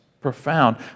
profound